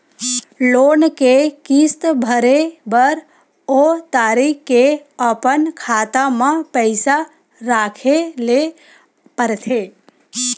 loan के किस्त भरे बर ओ तारीख के अपन खाता म पइसा राखे ल परथे